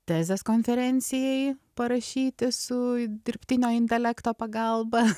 tezes konferencijai parašyti su dirbtinio intelekto pagalba